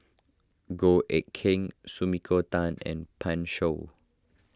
Goh Eck Kheng Sumiko Tan and Pan Shou